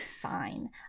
fine